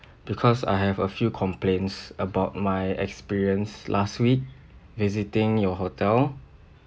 because I have a few complaints about my experience last week visiting your hotel